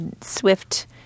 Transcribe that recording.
swift